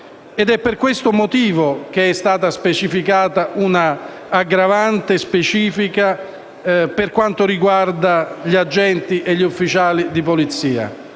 È per questo motivo che è stata introdotta un'aggravante specifica per quanto riguarda gli agenti e gli ufficiali di polizia,